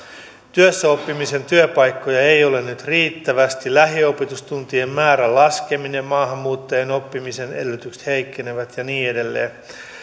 työssäoppimisen työpaikkoja ei ole nyt riittävästi lähiopetustuntien määrän laskeminen maahanmuuttajien oppimisen edellytykset heikkenevät ja niin edelleen